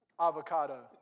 Avocado